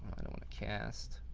i don't want to cast.